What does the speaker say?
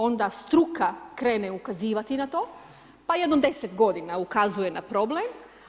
Onda struka krene ukazivati na to, pa jedno 10 godina ukazuje na problem.